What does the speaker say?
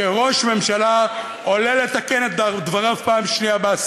שראש ממשלה עולה פעם שנייה כדי לתקן את דבריו באזכרה.